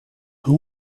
who